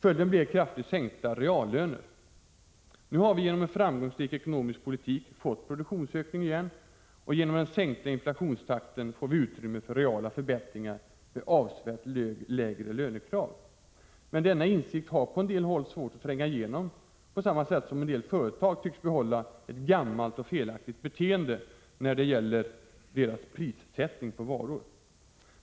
Följden blev kraftigt sänkta reallöner. Nu har vi genom en framgångsrik ekonomisk politik fått produktionsökning igen, och genom den sänkta inflationstakten får vi utrymme för reala förbättringar med avsevärt lägre lönekrav. Men denna insikt har på en del håll svårt att tränga igenom, på samma sätt som en del företag tycks behålla ett gammalt och felaktigt beteende när det gäller prissättningen på varor.